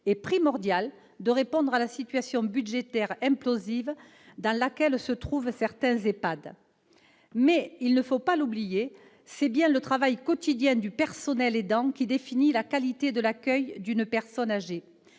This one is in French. et primordial de répondre à la situation budgétaire implosive dans laquelle se trouvent certains EHPAD. Néanmoins, il ne faut pas l'oublier, c'est bien le travail quotidien du personnel aidant qui définit la qualité de l'accueil d'une personne âgée.